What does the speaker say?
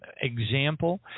example